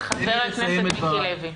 תן לי לסיים את דבריי.